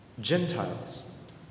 Gentiles